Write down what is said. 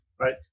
right